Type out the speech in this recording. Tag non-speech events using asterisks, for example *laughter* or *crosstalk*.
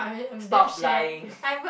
stop lying *breath*